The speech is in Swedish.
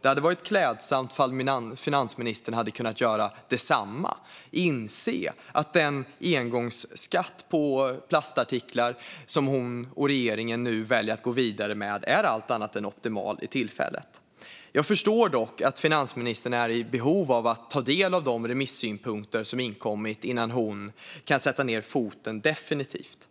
Det hade varit klädsamt om finansministern hade kunnat göra densamma, det vill säga inse att den engångsskatt på plastartiklar som hon och regeringen väljer att gå vidare med är allt annat än optimal. Jag förstår dock att finansministern är i behov av att ta del av de remisssynpunkter som inkommit innan hon kan sätta ned foten definitivt.